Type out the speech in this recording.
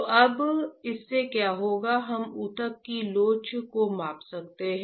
तो अब इससे क्या होगा हम ऊतक की लोच को माप सकते हैं